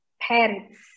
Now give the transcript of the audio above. parents